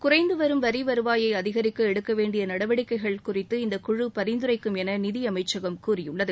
குறைந்துவரும் வரிவருவாயை அதிகரிக்க எடுக்க வேண்டிய நடவடிக்கைகள் குறித்து இந்த குழு பரிந்துரைக்கும் என நிதியமைச்சகம் கூறியுள்ளது